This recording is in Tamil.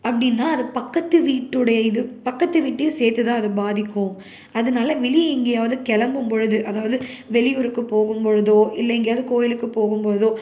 அப்படின்னா அது பக்கத்து வீட்டுடைய இது பக்கத்து வீட்டையும் சேர்த்து தான் அது பாதிக்கும் அதனால் வெளியே எங்கேயாவது கிளம்பும் பொழுது அதாவது வெளியூருக்கு போகும் பொழுதோ இல்லை எங்கேயாவது கோவிலுக்குப் போகும் போதோ